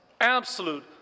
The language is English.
absolute